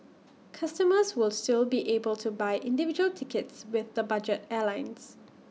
customers will still be able to buy individual tickets with the budget airlines